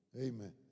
Amen